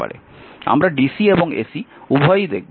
আমরা dc এবং ac উভয়ই দেখব